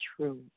true